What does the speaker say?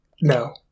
No